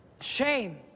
shame